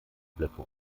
blöcke